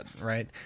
Right